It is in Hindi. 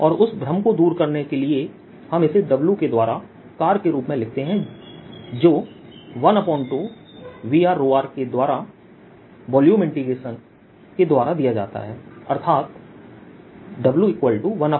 और उस भ्रम को दूर करने के लिए हम इसे W के द्वारा कार्य के रूप में लिखते हैं जो 12Vrr के वॉल्यूम इंटीग्रेशन द्वारा दिया जाता है अर्थात W12VrrdV